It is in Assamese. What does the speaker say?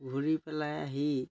ঘূৰি পেলাই আহি